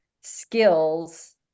skills